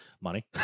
Money